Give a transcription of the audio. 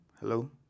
Hello